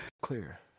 Clear